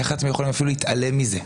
איך אתם יכולים להתעלם מזה?